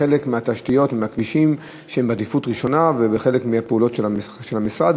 כחלק מהתשתיות ומהכבישים שהם בעדיפות ראשונה ובחלק מהפעולות של המשרד,